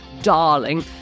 darling